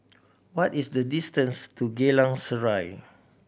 what is the distance to Geylang Serai